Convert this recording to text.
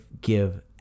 give